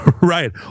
Right